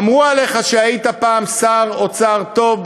אמרו עליך שהיית פעם שר אוצר טוב,